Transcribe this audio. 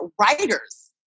writers